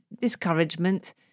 discouragement